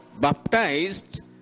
baptized